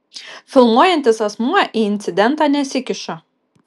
filmuojantis asmuo į incidentą nesikiša